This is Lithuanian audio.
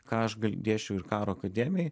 ką aš dėsčiau ir karo akademijoj